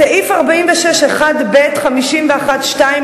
סעיף 461(ב) 51(2),